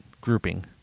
grouping